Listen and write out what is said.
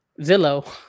Zillow